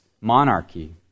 monarchy